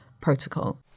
protocol